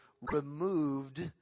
removed